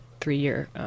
three-year